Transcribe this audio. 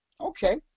okay